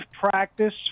practice